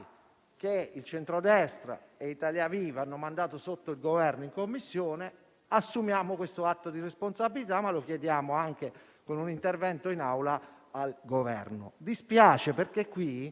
con il centrodestra e Italia Viva che hanno mandato sotto il Governo in Commissione. Assumiamo questo atto di responsabilità, ma lo chiediamo anche con un intervento in Aula al Governo. Dispiace, e